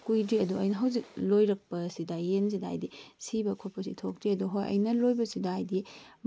ꯀꯨꯏꯗ꯭ꯔꯤ ꯑꯗꯣ ꯑꯩꯅ ꯍꯧꯖꯤꯛ ꯂꯣꯏꯔꯛꯄꯁꯤꯗ ꯌꯦꯟꯁꯤꯗ ꯍꯥꯏꯕꯗꯤ ꯌꯦꯟꯁꯤꯗ ꯍꯥꯏꯗꯤ ꯁꯤꯕ ꯈꯣꯠꯄꯗꯤ ꯊꯣꯛꯇ꯭ꯔꯤ ꯑꯗꯣ ꯍꯣꯏ ꯑꯩꯅ ꯂꯣꯏꯕꯁꯤꯗ ꯍꯥꯏꯕꯗꯤ